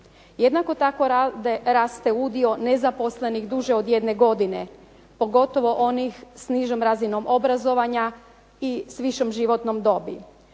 Jednako tako raste udio nezaposlenih duže od 1 godine, pogotovo onih s nižom razinom obrazovanja i s višom životnom dobi.